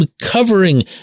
covering